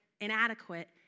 inadequate